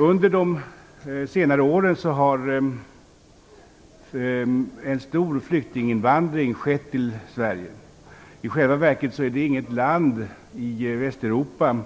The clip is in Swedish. Under de senare åren har en stor flyktinginvandring skett till Sverige. I själva verket finns det inget land i Västeuropa